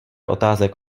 otázek